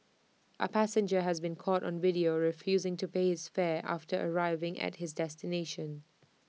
A passenger has been caught on video refusing to pay his fare after arriving at his destination